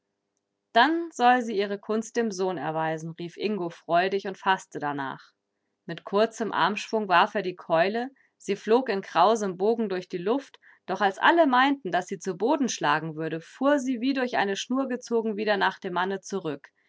dann soll sie ihre kunst dem sohn erweisen rief ingo freudig und faßte danach mit kurzem armschwung warf er die keule sie flog in krausem bogen durch die luft doch als alle meinten daß sie zu boden schlagen würde fuhr sie wie durch eine schnur gezogen wieder nach dem manne zurück